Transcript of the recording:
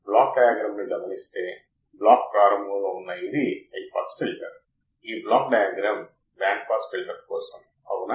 నేను ఈ పరికరాన్ని ఉపయోగించలేను అందుకే ఫీడ్బ్యాక్ చాలా ముఖ్యమైనది సరే ఎందుకంటే చాలా ఎక్కువ గైన్ కలిగి ఉంటే నేను ఏమి చేస్తాను సరే